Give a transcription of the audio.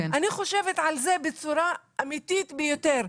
אני חושבת על זה בצורה אמיתית ביותר.